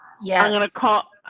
yeah, i'm going to call.